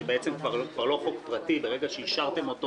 שבעצם הוא כבר לא חוק פרטי שכן ברגע שאישרתם אותו